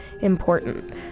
important